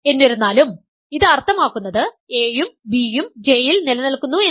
എന്നിരുന്നാലും ഇത് അർത്ഥമാക്കുന്നത് a യുo b യുo J ൽ നിലനിൽക്കുന്നു എന്നാണ്